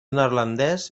neerlandès